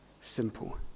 simple